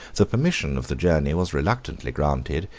the permission of the journey was reluctantly granted,